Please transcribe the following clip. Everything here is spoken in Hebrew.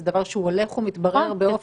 זה דבר שהולך ומתברר באופן הכי מובהק.